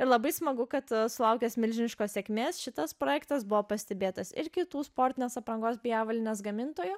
ir labai smagu kad sulaukęs milžiniškos sėkmės šitas projektas buvo pastebėtas ir kitų sportinės aprangos bei avalynės gamintojų